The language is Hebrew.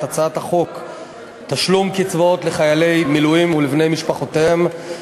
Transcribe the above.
הצעת חוק תשלום קצבאות לחיילי מילואים ולבני משפחותיהם,